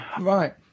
Right